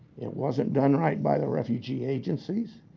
it wasn't done right by the refugee agencies.